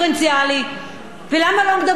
למה לא מדברים על זה אחרי החגים?